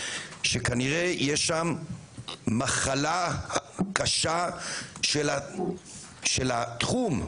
יש שם מחלה קשה של התחום.